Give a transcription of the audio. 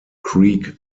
creek